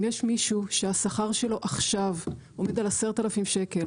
אם יש מישהו שהשכר שלו עכשיו עומד על 10,000 שקל